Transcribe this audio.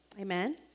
Amen